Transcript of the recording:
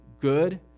good